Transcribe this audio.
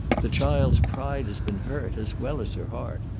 the child's pride's been hurt, as well as her heart.